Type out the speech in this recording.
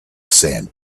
sand